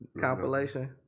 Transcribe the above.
compilation